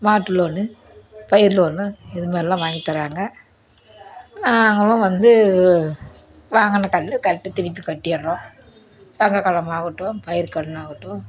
மாட்டு லோனு பயிர் லோனு இது மாதிரிலாம் வாங்கித் தராங்க நாங்களும் வந்து வாங்கின கடனை கரெட்டாக திருப்பி கட்டிர்றோம் சங்க கடன் ஆகட்டும் பயிர் கடன் ஆகட்டும்